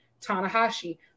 Tanahashi